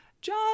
John